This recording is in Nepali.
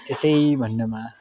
जसै भन्नमा